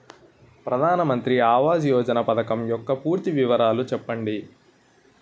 ప్రధాన మంత్రి ఆవాస్ యోజన పథకం యెక్క పూర్తి వివరాలు చెప్పండి?